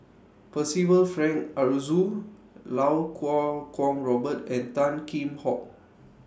Percival Frank Aroozoo Lau Kuo Kwong Robert and Tan Kheam Hock